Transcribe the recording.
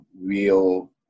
real